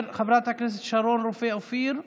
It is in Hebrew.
חברת הכנסת שרון רופא אופיר,